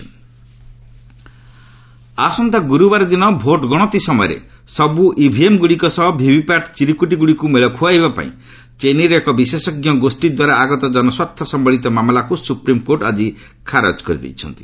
SC VVPAT ଆସନ୍ତା ଗୁରୁବାର ଦିନ ଭୋଟ୍ ଗଣତି ସମୟରେ ସବୁ ଇଭିଏମ୍ଗୁଡ଼ିକ ସହ ଭିଭିପାଟ୍ଗୁଡ଼ିକୁ ମେଳ ଖୁଆଇବା ପାଇଁ ଚେନ୍ନାଇର ଏକ ବିଶେଷଜ୍ଞ ଗୋଷ୍ଠୀ ଦ୍ୱାରା ଆଗତ ଜନସ୍ୱାର୍ଥ ସମ୍ଭଳିତ ମାମଲାକୁ ସୁପ୍ରିମକୋର୍ଟ ଆଜି ଖାରଜ କରିଛନ୍ତି